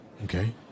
Okay